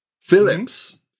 Phillips